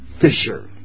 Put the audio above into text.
fisher